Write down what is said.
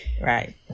Right